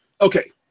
Okay